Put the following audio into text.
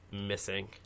missing